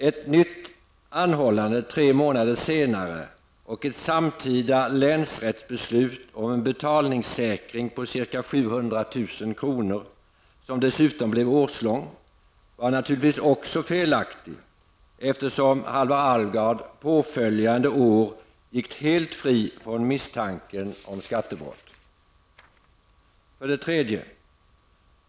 Ett förnyat anhållande tre månader senare och ett samtida länsrättsbeslut om en betalningssäkring på ca 700 000 kr., som dessutom blev årslång, var naturligtvis också felaktig, eftersom Halvar Alvgard påföljande år gick helt fri från misstanken om skattebrott. 3.